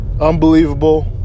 unbelievable